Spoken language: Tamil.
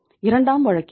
இரண்டாம் வழக்கில் அது 0